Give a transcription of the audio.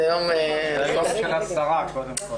זה היום של השרה קודם כל.